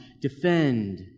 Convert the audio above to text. defend